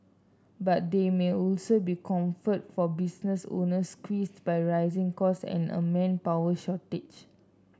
but there may also be comfort for business owners squeezed by rising cost and a manpower shortage